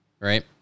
Right